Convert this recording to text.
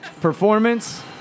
Performance